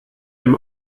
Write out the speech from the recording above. dem